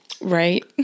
Right